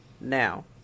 now